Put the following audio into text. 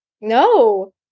No